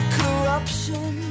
corruption